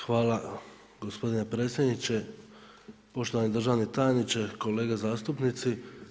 Hvala gospodine predsjedniče, poštovani državni tajniče, kolege zastupnici.